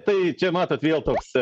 tai čia matote vėl toks